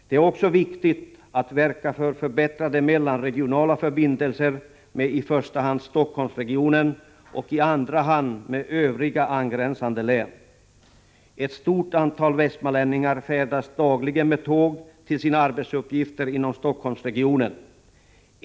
Det är också viktigt att verka för förbättrade mellanregionala förbindelser med i första hand Stockholmsregionen och i andra hand övriga angränsande län. Ett stort antal västmanlänningar färdas dagligen med tåg till sina arbetsuppgifter inom Stockholmsregionen.